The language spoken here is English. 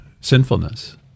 sinfulness